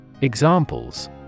Examples